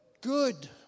good